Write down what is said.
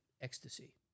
ecstasy